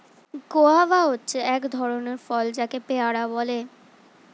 guava হচ্ছে এক ধরণের ফল যাকে পেয়ারা বলে